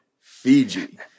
Fiji